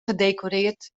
gedecoreerd